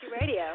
Radio